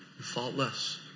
faultless